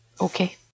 Okay